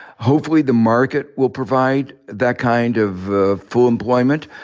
hopefully, the market will provide that kind of full employment,